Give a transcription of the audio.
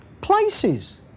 places